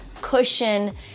cushion